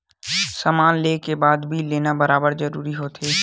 समान ले के बाद बिल लेना काबर जरूरी होथे?